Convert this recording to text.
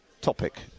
topic